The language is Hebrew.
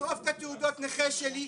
לשרוף את התעודות נכה שלי,